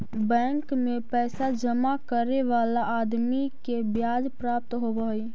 bank में पैसा जमा करे वाला आदमी के ब्याज प्राप्त होवऽ हई